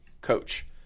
coach